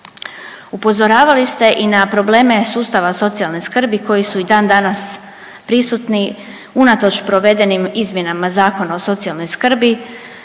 Upozoravali ste i na probleme sustava socijalne skrbi koji su i dan danas prisutni unatoč provedenim izmjenama Zakona o socijalnoj skrbi,